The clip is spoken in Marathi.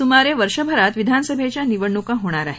सुमारे वर्षभरात विधानसभेच्या निवडणुका होणार आहेत